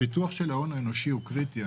הפיתוח של ההון האנושי הוא קריטי.